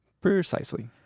Precisely